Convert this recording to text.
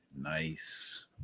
Nice